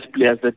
players